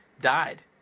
died